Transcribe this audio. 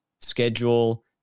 schedule